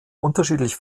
unterschiedlich